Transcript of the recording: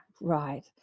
Right